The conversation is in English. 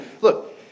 look